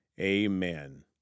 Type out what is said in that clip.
Amen